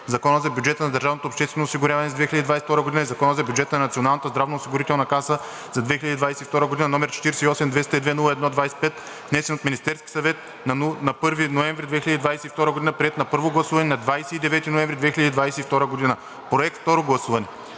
Закона за бюджета на държавното обществено осигуряване за 2022 г. и Закона за бюджета на Националната здравноосигурителна каса за 2022 г., № 48 202 01 25, внесен от Министерския съвет на 1 ноември 2022 г., приет на първо гласуване на 29 ноември 2022 г. –второ гласуване.